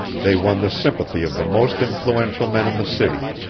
they won the sympathy of the most influential men in the city.